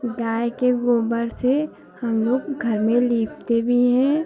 गाय के गोबर से हम लोग घर में लीपते भी हैं